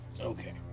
Okay